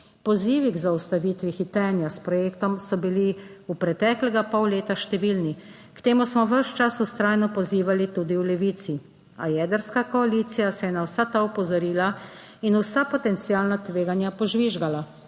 Pozivi k zaustavitvi hitenja s projektom so bili v preteklega pol leta številni. K temu smo ves čas vztrajno pozivali tudi v Levici, a jedrska koalicija se je na vsa ta opozorila in vsa potencialna tveganja požvižgala.